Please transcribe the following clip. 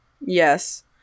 Yes